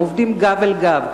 הם עובדים גב אל גב.